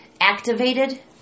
activated